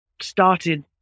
started